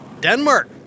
Denmark